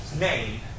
name